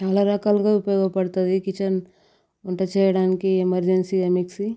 చాలా రకాలుగా ఉపయోగపడుతుంది కిచెన్ వంట చేయడానికి ఎమర్జెన్సీగా మిక్సీ